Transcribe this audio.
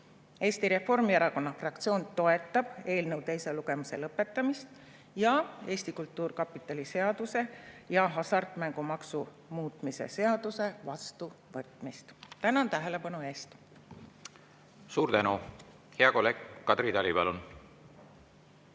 Eesti Reformierakonna fraktsioon toetab eelnõu teise lugemise lõpetamist ja Eesti Kultuurkapitali seaduse ja hasartmängumaksu seaduse muutmise seaduse vastuvõtmist. Tänan tähelepanu eest! Suur tänu! Hea kolleeg Kadri Tali, palun!